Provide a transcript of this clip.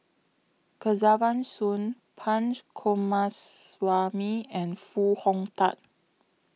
Kesavan Soon Punch Coomaraswamy and Foo Hong Tatt